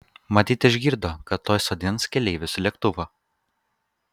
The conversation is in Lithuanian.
matyt išgirdo kad tuoj sodins keleivius į lėktuvą